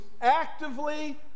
actively